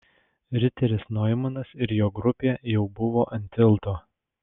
riteris noimanas ir jo grupė jau buvo ant tilto